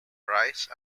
rice